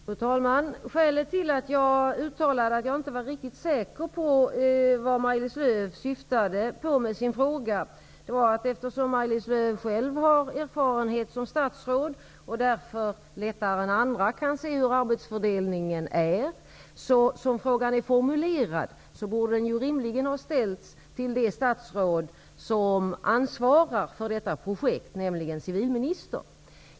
Fru talman! Skälet till att jag uttalade att jag inte var riktigt säker på vad Maj-Lis Lööw syftade på med sin fråga var att eftersom Maj-Lis Lööw själv har erfarenhet som statsråd och därför vet bättre än andra hur arbetsfördelningen är ordnad, borde frågan som den är formulerad rimligen ha ställts till det statsråd som ansvarar för detta projekt, nämligen civilministern.